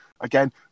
again